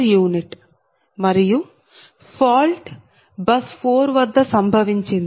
u మరియు fault bus 4 వద్ద సంభవించింది